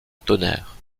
tonnerre